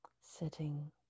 sitting